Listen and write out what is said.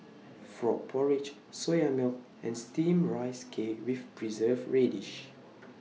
Frog Porridge Soya Milk and Steamed Rice Cake with Preserved Radish